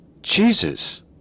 Jesus